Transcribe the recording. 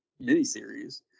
miniseries